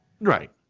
Right